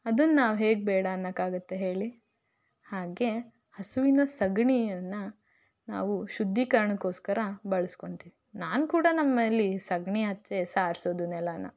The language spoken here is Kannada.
ಅದನ್ನು ನಾವು ಹೇಗೆ ಬೇಡ ಅನ್ನಕ್ಕಾಗತ್ತೆ ಹೇಳಿ ಹಾಗೆ ಹಸುವಿನ ಸಗಣಿಯನ್ನು ನಾವು ಶುದ್ದೀಕರಣಕೋಸ್ಕರ ಬಳ್ಸ್ಕೊತೀವಿ ನಾನು ಕೂಡ ನಮ್ಮ ಮನೇಲಿ ಸಗಣಿ ಹಚ್ಚೇ ಸಾರಿಸೋದು ನೆಲಾನ